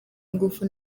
ingufu